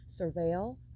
surveil